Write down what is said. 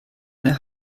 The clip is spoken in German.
mehr